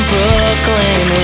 Brooklyn